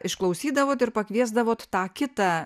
išklausydavot ir pakviesdavot tą kitą